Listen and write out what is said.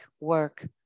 work